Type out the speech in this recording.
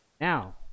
now